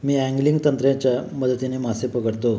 मी angling तंत्राच्या मदतीने मासे पकडतो